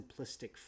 simplistic